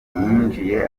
yinjiye